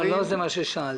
לא זה מה ששאלתי.